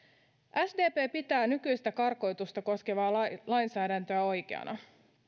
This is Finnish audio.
sdp pitää nykyistä karkotusta koskevaa lainsäädäntöä oikeana